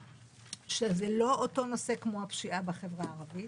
שזה לא אותו נושא כמו הפשיעה בחברה העברית.